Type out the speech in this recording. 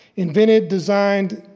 invented, designed,